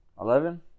Eleven